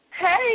Hey